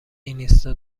اینستا